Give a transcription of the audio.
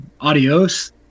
adios